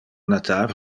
natar